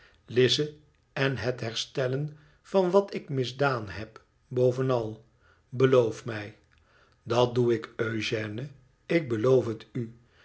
lize en het herstellen van wat ik misdaan heb bovenal beloof mij i t dat doe ik eugène ik beloof het u